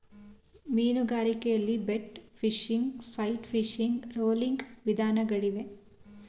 ಮೀನುಗಾರಿಕೆಯಲ್ಲಿ bait fishing, flight fishing, rolling ವಿಧಾನಗಳಿಗವೆ